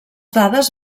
dades